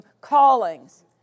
callings